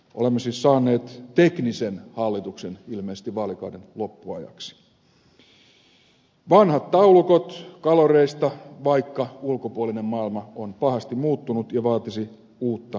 olemme siis saaneet teknisen hallituksen ilmeisesti vaalikauden loppuajaksi vanhat taulukot kaloreista vaikka ulkopuolinen maailma on pahasti muuttunut ja vaatisi uutta ajattelua